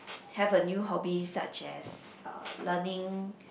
have a new hobby such as uh learning